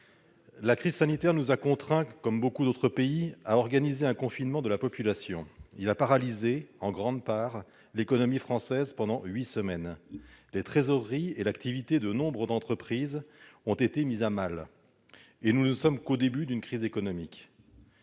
La crise sanitaire nous a contraints, comme beaucoup d'autres pays, à organiser un confinement de la population. Il a en grande part paralysé l'économie française pendant huit semaines. Les trésoreries et l'activité de nombre d'entreprises ont été mises à mal. Et nous ne sommes qu'au début d'une crise économique